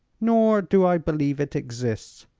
nor do i believe it exists.